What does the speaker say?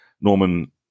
Norman